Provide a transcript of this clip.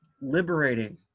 liberating